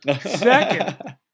Second